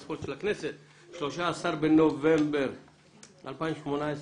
שלום לכולם, היום 13 בנובמבר 2018,